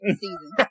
season